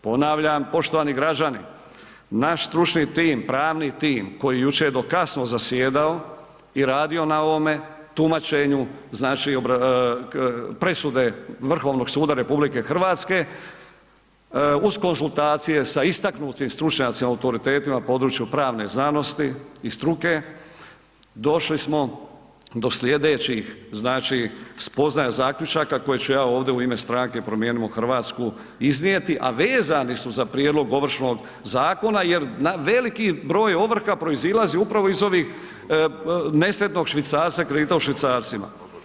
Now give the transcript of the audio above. Ponavljam, poštovani građani, naš stručni tim pravni tim koji je jučer do kasno zasjedao i radio na ovome tumačenju, znači presude Vrhovnog suda RH, uz konzultacije sa istaknutim stručnjacima, autoritetima u području pravne znanosti i struke, došli smo do sljedećih spoznaja, zaključaka, koje ću ja ovdje u ime stranke Promijenimo Hrvatsku iznijeti, a vezani su za prijedlog Ovršnog zakona jer veliki broj ovrha proizilazi upravo iz ovih, nesretnog švicarca, kredita u švicarcima.